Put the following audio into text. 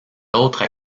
autres